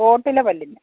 ഓട്ടയുള്ള പല്ലിന്